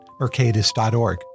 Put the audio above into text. mercatus.org